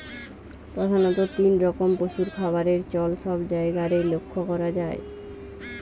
প্রধাণত তিন রকম পশুর খাবারের চল সব জায়গারে লক্ষ করা যায়